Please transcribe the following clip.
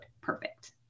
perfect